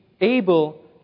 able